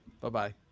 Bye-bye